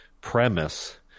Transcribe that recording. premise